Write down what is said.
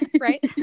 Right